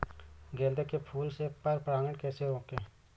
गेंदे के फूल से पर परागण कैसे रोकें?